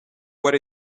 what